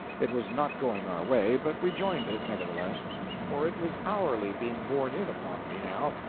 it was not going our way, but we joined it, nevertheless for it was hourly being borne in upon me now,